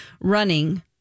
running